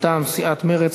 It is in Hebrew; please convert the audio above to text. מטעם סיעת מרצ,